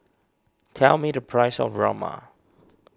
tell me the price of Rajma